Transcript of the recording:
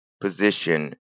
position